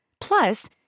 Plus